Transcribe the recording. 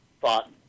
thought